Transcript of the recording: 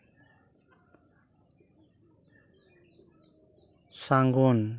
ᱥᱟᱹᱜᱩᱱ